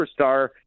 superstar